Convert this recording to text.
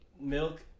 milk